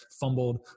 fumbled